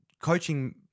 coaching